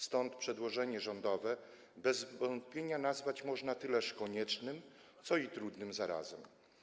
Stąd przedłożenie rządowe bez wątpienia nazwać można tyleż koniecznym, co i trudnym zarazem.